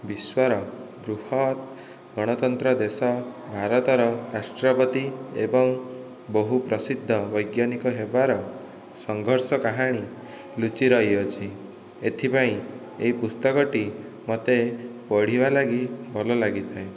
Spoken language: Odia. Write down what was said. ବିଶ୍ୱର ବୃହତ ଗଣତନ୍ତ୍ର ଦେଶ ଭାରତର ରାଷ୍ଟ୍ରପତି ଏବଂ ବହୁ ପ୍ରସିଦ୍ଧ ବୈଜ୍ଞାନିକ ହେବାର ସଂଘର୍ଷ କାହାଣୀ ଲୁଚି ରହିଅଛି ଏଥିପାଇଁ ଏହି ପୁସ୍ତକଟି ମୋତେ ପଢ଼ିବା ଲାଗି ଭଲ ଲାଗିଥାଏ